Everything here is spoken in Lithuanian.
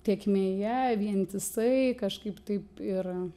tėkmėje vientisai kažkaip taip ir